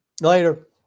Later